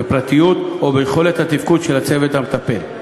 בפרטיות או ביכולת התפקוד של הצוות המטפל.